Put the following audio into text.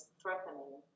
threatening